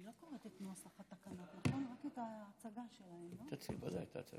אני מציגה כאן את תקנות סמכויות מיוחדות להתמודדות עם נגיף